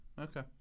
Okay